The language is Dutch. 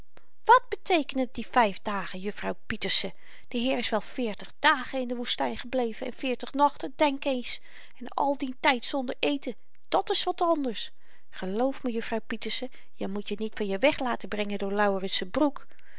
wat beteekenen die vyf dagen juffrouw pieterse de heer is wel veertig dagen in de woestyn gebleven en veertig nachten denk eens en al dien tyd zonder eten dat's wat anders geloof me juffrouw pieterse je moet je niet van je weg laten brengen door laurens z'n broek